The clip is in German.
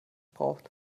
braucht